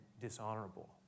dishonorable